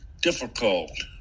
difficult